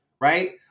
right